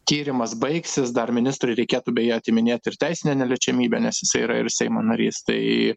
tyrimas baigsis dar ministrui reikėtų bei atiminėti ir teisinę neliečiamybę nes jis yra ir seimo narys tai